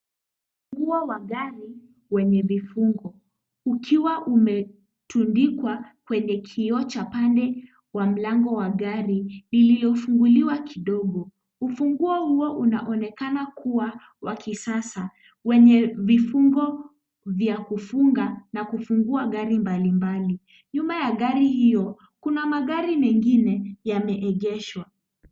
uwa wa gari wenye vifungo, ukiwa umetundikwa kwenye kioo cha pande wa mlango wa gari lililofunguliwa kidogo. Ufunguo huo unaonekana kuwa wa kisasa wenye vifungo vya kufunga na kufungua gari mbalimbali. Nyuma ya gari hiyo kuna magari mengine yameegeshwa.